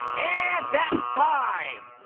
and that's time.